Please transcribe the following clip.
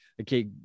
Okay